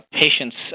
patients